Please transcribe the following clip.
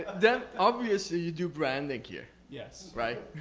then obviously, you do brand the gear. yes. right?